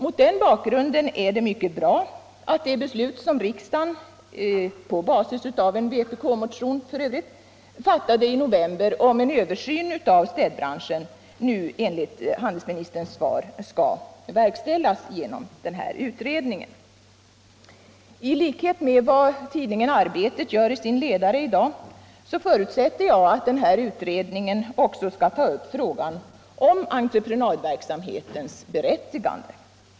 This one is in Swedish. Mot den bakgrunden är det mycket bra att det beslut riksdagen — f. ö. på basis av en vpk-motion —- fattade i november om en översyn av städbranschen nu skall verkställas genom en utredning. I likhet med vad tidningen Arbetet gör i sin ledare i dag, förutsätter jag att denna utredning också skall ta upp frågan om entreprenadverksamhetens berättigande.